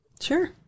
Sure